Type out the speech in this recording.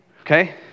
Okay